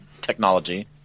technology